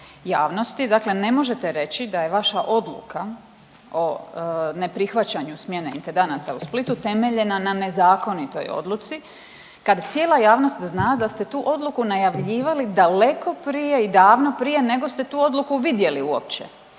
javnosti. Dakle, ne možete reći da je vaša odluka o neprihvaćanju smjene intendanata u Splitu temeljena na nezakonitoj odluci kad cijela javnost zna da ste tu odluku najavljivali daleko prije i davno prije nego ste tu odluku vidjeli uopće,